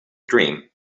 dream